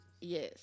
yes